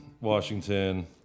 Washington